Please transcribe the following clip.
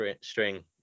string